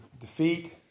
defeat